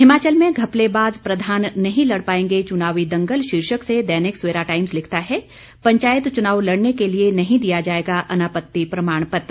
हिमाचल में घपलेबाज प्रधान नहीं लड़ पाएंगे चुनावी दंगल शीर्षक से दैनिक सवेरा टाइम्स लिखता है पंचायत चुनाव लड़ने के लिए नहीं दिया जाएगा अनापति प्रमाण पत्र